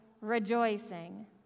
rejoicing